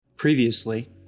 previously